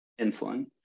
insulin